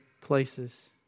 places